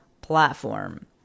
platform